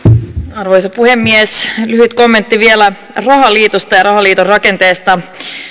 arvoisa puhemies lyhyt kommentti vielä rahaliitosta ja rahaliiton rakenteesta